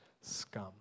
scum